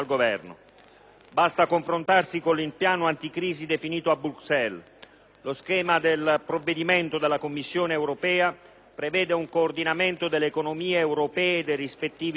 Basta confrontarsi con il piano anticrisi definito a Bruxelles. Lo schema del provvedimento della Commissione europea prevede un coordinamento delle economie europee e dei rispettivi sforzi: